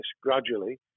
gradually